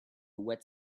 wet